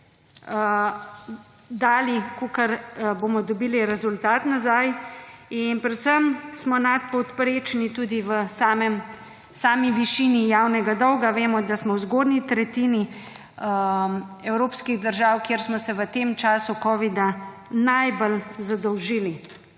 dali, kakor bomo dobili rezultat nazaj. In predvsem smo nadpovprečni tudi v sami višini javnega dolga. Vemo, da smo v zgornji tretjini evropskih držav, kjer smo se v tem času covida najbolj zadolžili.